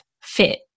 fit